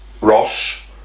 Ross